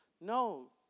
no